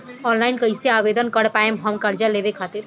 Online कइसे आवेदन कर पाएम हम कर्जा लेवे खातिर?